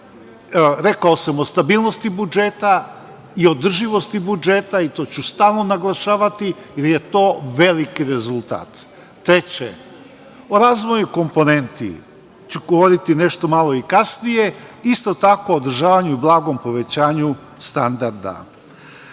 rekao sam o stabilnosti budžeta i održivosti budžeta i to ću stalno naglašavati, jer je to veliki rezultat. Treće, o razvoju komponenti ću govoriti nešto malo i kasnije, isto tako o održavanju blagom povećanju standarda.